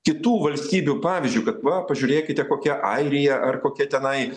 kitų valstybių pavyzdžiu kad va pažiūrėkite kokia airija ar kokia tenai